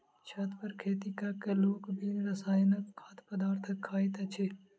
छत पर खेती क क लोक बिन रसायनक खाद्य पदार्थ खाइत अछि